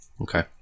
Okay